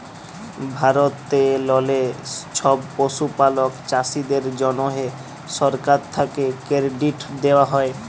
ভারতেললে ছব পশুপালক চাষীদের জ্যনহে সরকার থ্যাকে কেরডিট দেওয়া হ্যয়